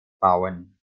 bauen